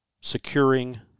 securing